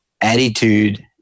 attitude